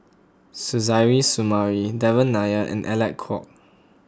Suzairhe Sumari Devan Nair and Alec Kuok